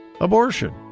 abortion